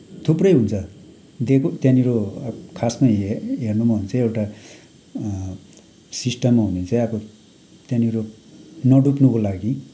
थुप्रै हुन्छ दिएको त्यहाँनिर अब खासमा हे हेर्नुमा हो भने चाहिँ एउटा सिस्टममा हुनु चाहिँ अब त्याँनिर नडुब्नुको लागि